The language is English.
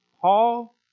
Paul